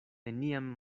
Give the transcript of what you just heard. neniam